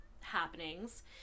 happenings